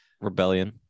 Rebellion